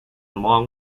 long